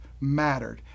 mattered